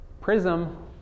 prism